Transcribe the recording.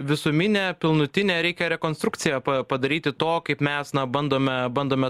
visuminę pilnutinę reikia rekonstrukciją padaryti to kaip mes na bandome bandome t